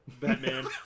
Batman